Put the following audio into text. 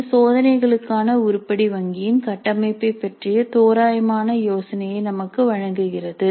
இது சோதனைகளுக்கான உருப்படி வங்கியின் கட்டமைப்பைப் பற்றிய தோராயமான யோசனையை நமக்கு வழங்குகிறது